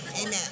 Amen